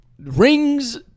Rings